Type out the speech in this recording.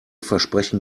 versprechen